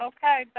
Okay